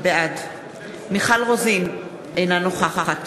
בעד מיכל רוזין, אינה נוכחת